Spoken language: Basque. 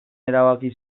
erabaki